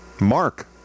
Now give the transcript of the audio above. mark